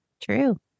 True